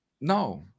No